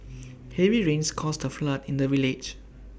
heavy rains caused A flood in the village